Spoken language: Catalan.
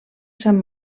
sant